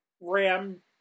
Ram